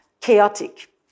chaotic